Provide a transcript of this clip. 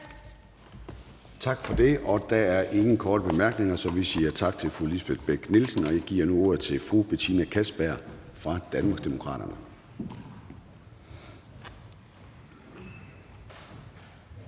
Tak for det. Der er ingen korte bemærkninger, så vi siger tak til fru Lisbeth Bech-Nielsen. Og jeg giver nu ordet til fru Betina Kastbjerg fra Danmarksdemokraterne.